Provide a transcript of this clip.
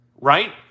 right